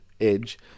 edge